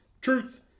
Truth